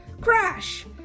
Crash